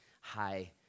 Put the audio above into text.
high